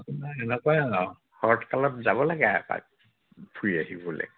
আপোনাৰ এনেকুৱাই আৰু শৰৎ কালত যাব লাগে আৰু এপাক ফুৰি আহিবলৈ